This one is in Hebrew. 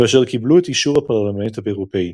ואשר קיבלו את אישור הפרלמנט האירופי,